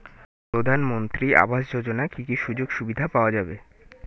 প্রধানমন্ত্রী আবাস যোজনা কি কি সুযোগ সুবিধা পাওয়া যাবে?